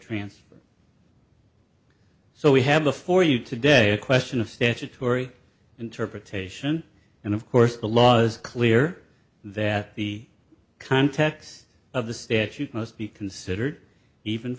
trance so we have before you today a question of statutory interpretation and of course the laws clear that the context of the statute must be considered even